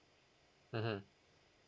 mmhmm